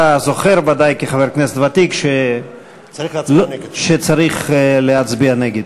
אתה זוכר ודאי, כחבר כנסת ותיק, שצריך להצביע נגד.